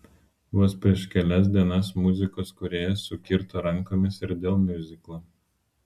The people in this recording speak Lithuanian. vos prieš kelias dienas muzikos kūrėjas sukirto rankomis ir dėl miuziklo